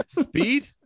Speed